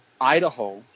Idaho